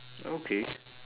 okay